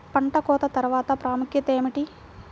పంట కోత తర్వాత ప్రాముఖ్యత ఏమిటీ?